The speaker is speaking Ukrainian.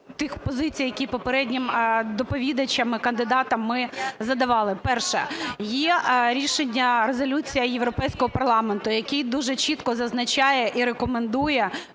тих позицій, яке попереднім доповідачам кандидатам ми задавали. Перше. Є рішення, Резолюція Європейського парламенту, який дуже чітко зазначає і рекомендує,